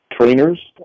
trainers